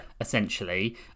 essentially